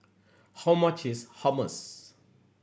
how much is Hummus